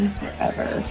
forever